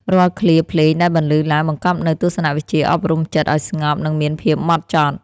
រាល់ឃ្លាភ្លេងដែលបន្លឺឡើង បង្កប់នូវទស្សនវិជ្ជាអប់រំចិត្តឱ្យស្ងប់ និងមានភាពហ្មត់ចត់។